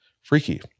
freaky